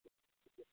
હ